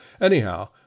Anyhow